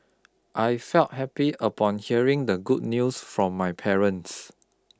I felt happy upon hearing the good news from my parents